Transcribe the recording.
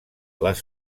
les